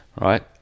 right